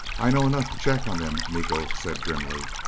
i know enough to check on them, miko said grimly.